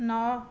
ନଅ